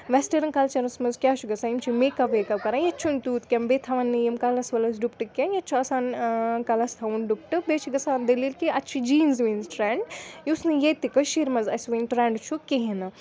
western کَلچَرَس منٛز کیٛاہ چھُ گژھان یِم چھِ میک اَپ ویک اپ کَران ییٚتہِ چھُنہٕ تیوٗت کینٛہہ بیٚیہِ تھاوان نہٕ یِم کَلَس وَلَس ڈُپٹہٕ کینٛہہ ییٚتہِ چھِ آسان کَلَس تھاوُن ڈُپٹہٕ بیٚیہِ چھِ گژھان دٔلیٖل کہِ اَتھ چھِ جیٖنٕز وِیٖنٕز ٹرٛینٛڈ یُس نہٕ ییٚتہِ کٔشیٖرِ منٛز اَسہِ وٕنہِ ٹرٛٮ۪نٛڈ چھُ کِہیٖنۍ نہٕ